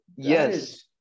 Yes